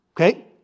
okay